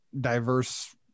diverse